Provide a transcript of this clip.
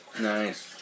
Nice